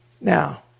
Now